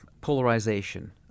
polarization